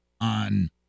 on